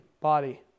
body